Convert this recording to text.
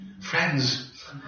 Friends